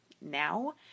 now